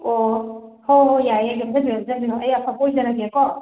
ꯑꯣ ꯍꯣ ꯍꯣ ꯌꯥꯏꯌꯦ ꯌꯣꯝꯁꯤꯟꯕꯤꯔꯣ ꯌꯣꯝꯁꯤꯟꯕꯤꯔꯣ ꯑꯩ ꯑꯐꯕ ꯑꯣꯏꯖꯔꯒꯦꯀꯣ